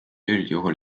üldjuhul